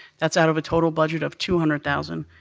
that's out of a total budget of two hundred thousand